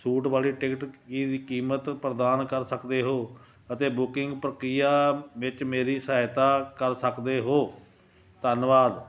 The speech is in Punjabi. ਸੂਟ ਵਾਲੀ ਟਿਕਟ ਦੀ ਕੀਮਤ ਪ੍ਰਦਾਨ ਕਰ ਸਕਦੇ ਹੋ ਅਤੇ ਬੁਕਿੰਗ ਪ੍ਰਕਿਰਿਆ ਵਿੱਚ ਮੇਰੀ ਸਹਾਇਤਾ ਕਰ ਸਕਦੇ ਹੋ ਧੰਨਵਾਦ